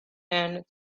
and